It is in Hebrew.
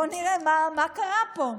בוא נראה מה קרה פה.